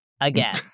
again